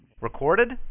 Recorded